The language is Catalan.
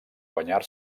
guanyar